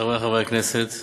חברי חברי הכנסת,